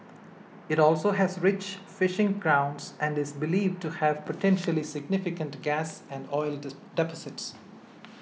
it also has rich fishing grounds and is believed to have potentially significant gas and oil deposits